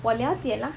我了解 lah